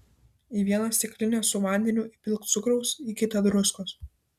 į vieną stiklinę su vandeniu įpilk cukraus į kitą druskos